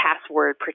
password